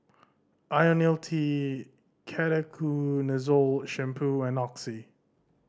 Ionil T Ketoconazole Shampoo and Oxy